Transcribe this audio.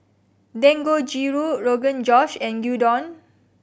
Dangojiru Rogan Josh and Gyudon